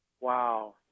Wow